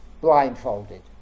blindfolded